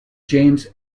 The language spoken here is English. james